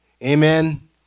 Amen